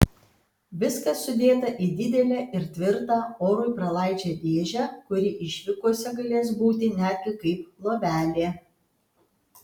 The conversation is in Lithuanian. viskas sudėta į didelę ir tvirtą orui pralaidžią dėžę kuri išvykose galės būti netgi kaip lovelė